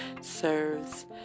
serves